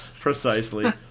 Precisely